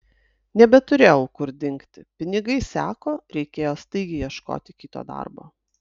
nebeturėjau kur dingti pinigai seko reikėjo staigiai ieškoti kito darbo